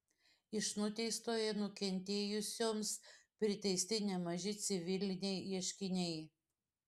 iš nuteistojo nukentėjusioms priteisti nemaži civiliniai ieškiniai